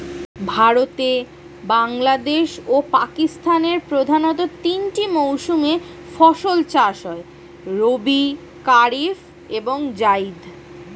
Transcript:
ভারতে, বাংলাদেশ ও পাকিস্তানের প্রধানতঃ তিনটি মৌসুমে ফসল চাষ হয় রবি, কারিফ এবং জাইদ